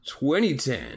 2010